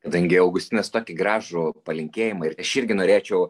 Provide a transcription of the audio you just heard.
kadangi augustinas tokį gražų palinkėjimą ir aš irgi norėčiau